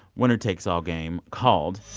winner-takes-all game called.